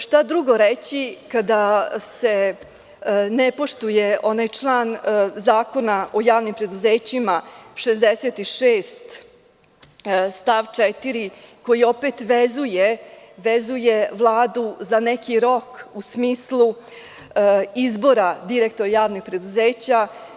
Šta drugo reći kada se ne poštuje onaj član Zakona o javnim preduzećima 66. stav 4, koji opet vezuje Vladu za neki rok u smislu izbora direktora Javnih preduzeća.